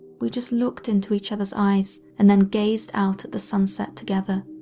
we just looked into each other's eyes, and then gazed out at the sunset together.